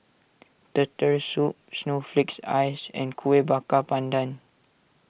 Turtle Soup Snowflake Ice and Kueh Bakar Pandan